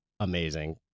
amazing